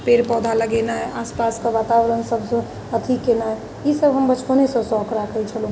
पेड़ पौधा लगेनाइ आसपास कऽ वातावरण सबसँ अथी केनाइ ई सब हम बचपनेसँ शौक राखैत छलहुँ